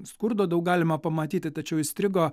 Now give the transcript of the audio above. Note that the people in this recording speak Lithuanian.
skurdo daug galima pamatyti tačiau įstrigo